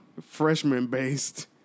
freshman-based